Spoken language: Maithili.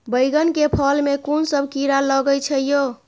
बैंगन के फल में कुन सब कीरा लगै छै यो?